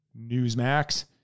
Newsmax